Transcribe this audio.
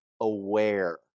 aware